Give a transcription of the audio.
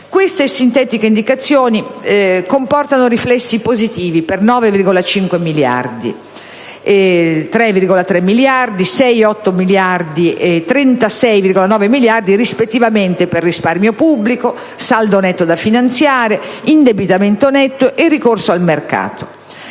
Queste sintetiche indicazioni comportano riflessi positivi dell'ordine di 9,5 miliardi, 3,3 miliardi, 6,8 miliardi e 36,9 miliardi rispettivamente per risparmio pubblico, saldo netto da finanziare, indebitamento netto e ricorso al mercato.